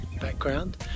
background